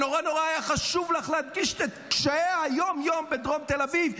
והיה נורא נורא חשוב לך להדגיש את קשיי היום-יום בדרום תל אביב,